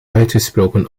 uitgesproken